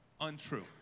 untrue